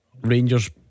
Rangers